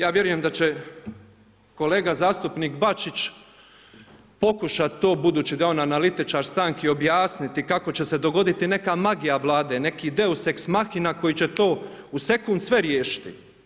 Ja vjerujem da će kolega zastupnik Bačić pokušat to budući da je on analitičar stanki objasniti kako će se dogoditi neka magija Vlade, neki deus ex machina koji će to u sekunda sve riješiti.